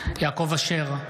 יעקב אשר,